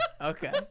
okay